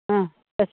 हा अस्तु